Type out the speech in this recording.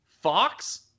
Fox